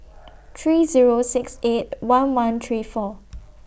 three Zero six eight one one three four